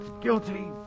guilty